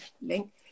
link